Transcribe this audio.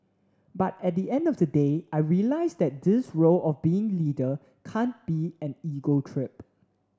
but at the end of the day I realised that this role of being leader can't be an ego trip